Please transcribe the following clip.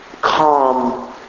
calm